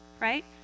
right